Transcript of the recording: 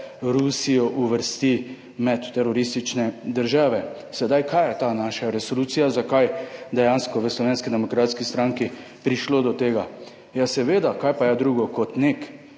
Rusijo uvrsti med teroristične države. Sedaj, kaj je ta naša resolucija? Zakaj dejansko v Slovenski demokratski stranki prišlo do tega? Ja, seveda, kaj pa je drugo, kot nek